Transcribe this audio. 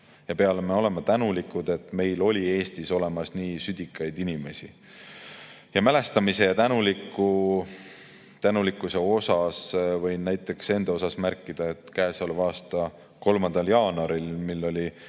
Ja peame olema tänulikud, et meil oli Eestis olemas nii südikaid inimesi. Mälestamise ja tänulikkuse koha pealt võin näiteks enda kohta märkida, et käesoleva aasta 3. jaanuaril, mil oli